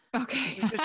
Okay